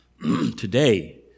Today